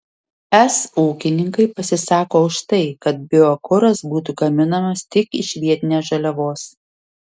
es ūkininkai pasisako už tai kad biokuras būtų gaminamas tik iš vietinės žaliavos